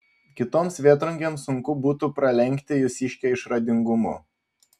kitoms vėtrungėms sunku būtų pralenkti jūsiškę išradingumu